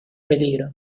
peligro